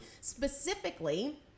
Specifically